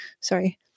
Sorry